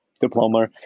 diploma